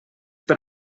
per